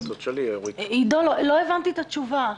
עידו, לא הבנתי את התשובה.